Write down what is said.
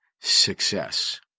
success